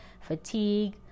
fatigue